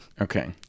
okay